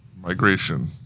migration